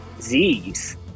Z's